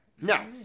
Now